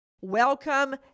Welcome